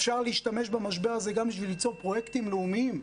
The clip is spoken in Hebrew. אפשר להשתמש במשבר הזה גם בשביל ליצור פרויקטים לאומיים,